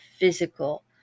physical